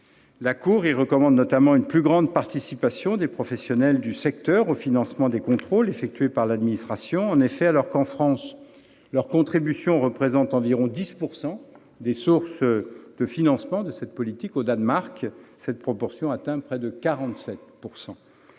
La Cour y recommande notamment une plus grande participation des professionnels du secteur au financement des contrôles effectués par l'administration. En effet, alors que, en France, leur contribution représente environ 10 % des sources de financement de cette politique, au Danemark, cette proportion atteint près de 47 %.